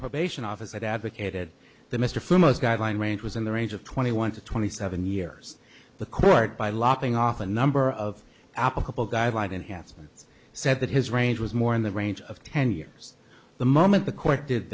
probation officer advocated that mr foremost guideline range was in the range of twenty one to twenty seven years the court by lopping off a number of applicable guidelines enhancements said that his range was more in the range of ten years the moment the court did